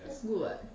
that's good [what]